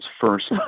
first